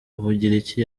bugiriki